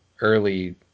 early